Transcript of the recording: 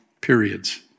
periods